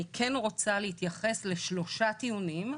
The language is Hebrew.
אני כן רוצה להתייחס לשלושה טיעונים,